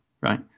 right